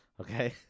okay